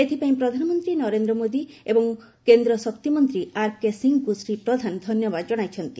ଏଥି ପାଇଁ ପ୍ରଧାନମନ୍ତ୍ରୀ ନରେନ୍ଦ୍ର ମୋଦି ଏବଂ କେନ୍ଦ୍ର ଶକ୍ତି ମନ୍ତ୍ରୀ ଆର କେ ସିଂହଙ୍କୁ ଶ୍ରୀ ପ୍ରଧାନ ଧନ୍ୟବାଦ ଜଣାଇଛନ୍ତି